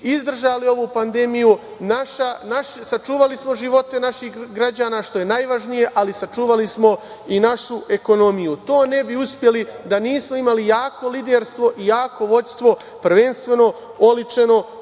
izdržali ovu pandemiju, sačuvali smo živote naših građana, što je najvažnije, ali sačuvali smo i našu ekonomiju. To ne bi uspeli da nismo imali jako liderstvo i jako vođstvo, prvenstveno oličeno